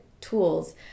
tools